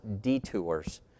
detours